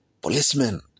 Policemen